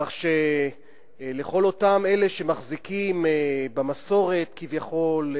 כך שלכל אותם אלה שמחזיקים במסורת כביכול,